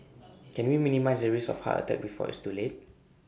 can we minimise the risk of heart attack before it's too late